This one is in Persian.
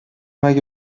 اگه